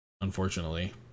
unfortunately